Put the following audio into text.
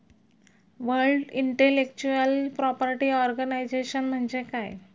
World Intellectual Property Organization म्हणजे काय?